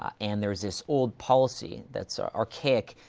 and there's this old policy that's, ah, archaic,